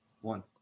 One